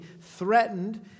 threatened